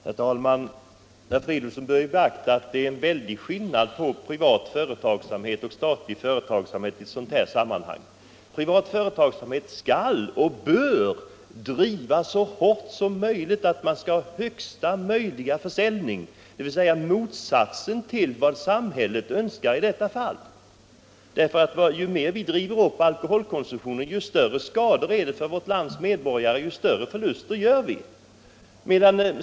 Herr talman! Herr Fridolfsson bör beakta att det är en väldig skillnad mellan privat och statlig företagsamhet i ett sådant här sammanhang. Privat företagsamhet skall och bör så hårt som möjligt driva principen att man skall ha högsta möjliga försäljning, dvs. motsatsen till vad samhället önskar i detta fall. Ju mer vi driver upp alkoholkonsumtionen, desto större skador blir det för vårt lands medborgare, och desto större förluster gör vi.